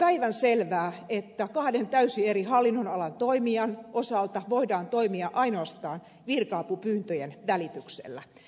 on päivänselvää että kahden täysin eri hallinnonalan toimijan osalta voidaan toimia ainoastaan virka apupyyntöjen välityksellä